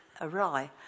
awry